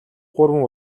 гурван